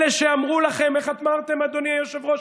אלה שאמרו לכם, איך אמרתם, אדוני היושב-ראש?